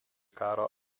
karo